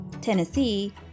Tennessee